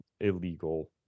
illegal